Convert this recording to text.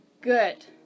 Good